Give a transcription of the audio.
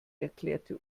erklärte